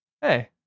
Hey